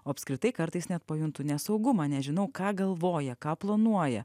o apskritai kartais net pajuntu nesaugumą nežinau ką galvoja ką planuoja